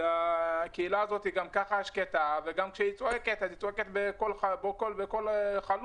הקהילה הזאת גם ככה שקטה וגם כשהיא צועקת היא צועקת בקול חלוש.